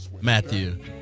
Matthew